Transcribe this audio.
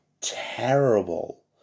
terrible